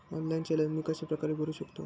Online चलन मी कशाप्रकारे भरु शकतो?